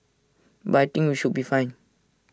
but I think we should be fine